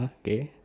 ha K